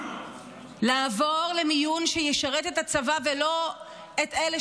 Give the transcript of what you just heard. לעבור למיון שישרת את הצבא ולא את אלה